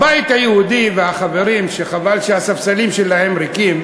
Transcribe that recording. הבית היהודי, והחברים שחבל שהספסלים שלהם ריקים,